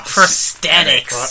Prosthetics